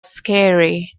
scary